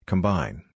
Combine